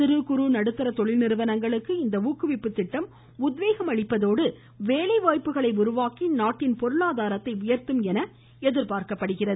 சிறு குறு நடுத்தர தொழில்நிறுவனங்களுக்கு இந்த இணக்குவிப்பு திட்டம் உத்வேகம் அளிப்பதோடு வேலைவாய்ப்புகளை உருவாக்கி நாட்டின் பொருளாதாரத்தை உயர்த்தும் என எதிர்பார்க்கப்படுகிறது